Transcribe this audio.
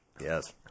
Yes